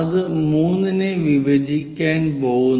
അത് 3 നെ വിഭജിക്കാൻ പോകുന്